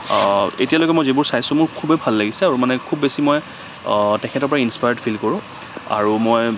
এতিয়ালৈকে মই যিবোৰ চাইছোঁ মোৰ খুবেই ভাল লাগিছে আৰু মানে খুব বেছি মই তেখেতৰ পৰা ইঞ্চপায়াৰ্ড ফিল কৰোঁ আৰু মই